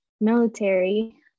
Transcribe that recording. military